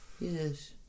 Yes